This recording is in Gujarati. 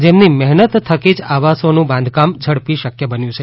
જેમની મહેનત થકી જ આવાસોનું બાંધકામ ઝડપી શક્ય બન્યું છે